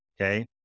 okay